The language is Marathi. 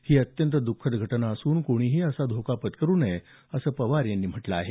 ही अत्यंत द्रखद घटना असून कोणीही असा धोका पत्करू नये असं पवार यांनी म्हटलं आहे